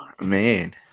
man